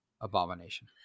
abomination